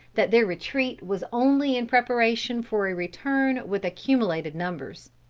that their retreat was only in preparation for a return with accumulated numbers.